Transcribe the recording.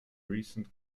recent